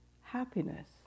happiness